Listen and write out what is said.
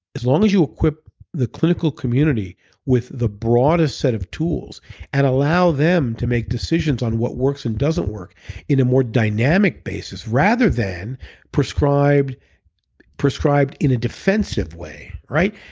as long as you equip the clinical community with the broadest set of tools and allow them to make decisions on what works and doesn't work in a more dynamic basis rather than prescribed prescribed in a defensive way, right?